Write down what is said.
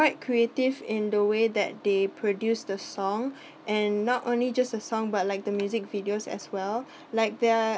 quite creative in the way that they produce the song and not only just a song but like the music videos as well like their